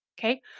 Okay